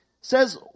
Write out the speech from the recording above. says